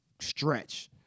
stretch